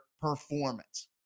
performance